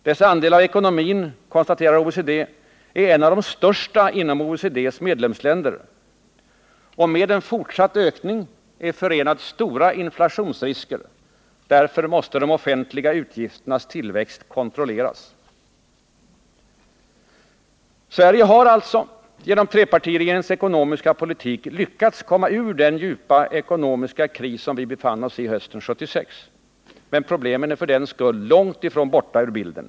Dess andel av ekonomin är — säger OECD - en av de största inom OECD:s medlemsländer. Och med en fortsatt ökning är förenade stora inflationsrisker. Därför måste de offentliga utgifternas tillväxt kontrolleras. Sverige har alltså, genom trepartiregeringens ekonomiska politik, lyckats komma ur den djupa ekonomiska kris som vi befann oss i hösten 1976. Men problemen är för den skull långt ifrån borta ur bilden.